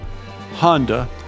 Honda